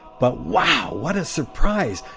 but wow, what a surprise.